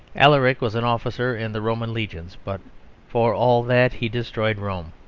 alaric was an officer in the roman legions but for all that he destroyed rome.